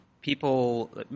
people